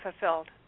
fulfilled